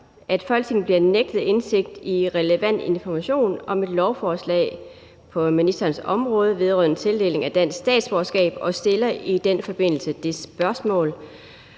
at Folketinget bliver nægtet indsigt i relevant information om et lovforslag på ministerens område vedrørende tildeling af dansk statsborgerskab, og stiller i den forbindelse det spørgsmål: